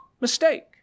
mistake